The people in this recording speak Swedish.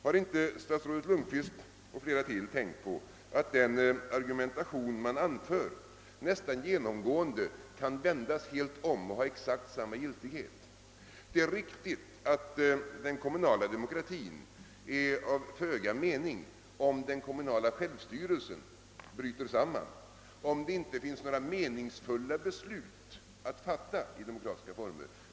Har inte statsrådet Lundkvist och flera till tänkt på, att den argumentation man anför nästan genomgående kan vändas helt om och ändå ha exakt samma giltighet? Det är riktigt att den kommunala demokratin har föga mening om den kommunala självstyrelsen bryter samman, om det inte finns några meningsfulla beslut att fatta i demokratiska former.